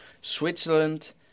Switzerland